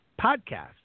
podcasts